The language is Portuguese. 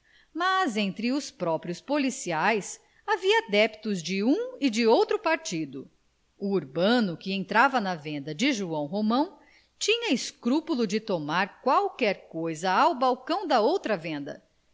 mas entre os próprios polícias havia adeptos de um e de outro partido o urbano que entrava na venda do joão romão tinha escrúpulo de tomar qualquer coisa ao balcão da outra venda